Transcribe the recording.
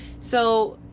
so